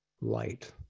light